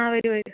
ആ വരൂ വരൂ